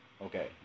Okay